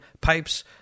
pipes